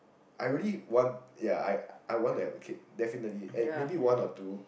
I really want ya I I want to have a kid definitely and maybe one or two